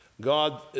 God